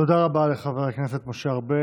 תודה רבה לחבר הכנסת משה ארבל.